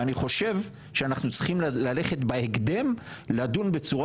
ואני חושב שאנחנו צריכים ללכת בהקדם לדון בצורה